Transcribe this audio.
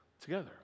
together